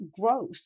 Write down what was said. growth